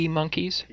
monkeys